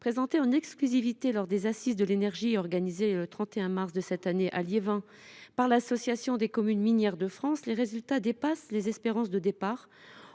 Présentés en exclusivité lors des Assises de l’énergie organisées le 31 mars dernier à Liévin par l’Association des communes minières de France, les résultats de cette étude dépassent